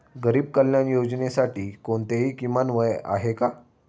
गरीब कल्याण योजनेसाठी कोणतेही किमान वय आहे का?